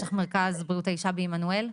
יש לך מרכז בריאות האישה בעמנואל?